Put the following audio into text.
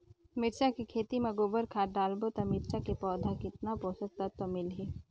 मिरचा के खेती मां गोबर खाद डालबो ता मिरचा के पौधा कितन पोषक तत्व मिलही?